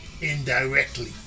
indirectly